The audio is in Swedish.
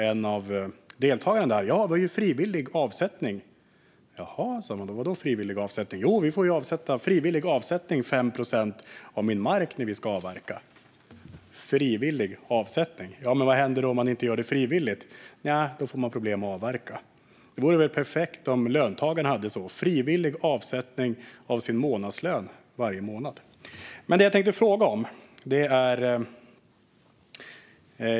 En av deltagarna sa: Ja, vi har ju frivillig avsättning. Då undrade man: Vad då frivillig avsättning? Jo, jag får ju göra en frivillig avsättning på 5 procent av min mark när jag ska avverka. Det är en "frivillig" avsättning. Ja, men vad händer om man inte gör det frivilligt? Då får man problem att avverka. Det vore väl perfekt om löntagarna hade det så: att de fick göra en frivillig avsättning av sin månadslön varje månad. Men jag tänkte fråga om något annat.